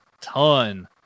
ton